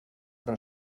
però